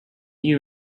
you